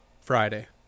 friday